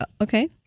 Okay